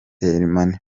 money